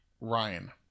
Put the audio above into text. Ryan